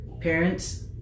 Parents